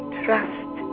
trust